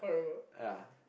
yeah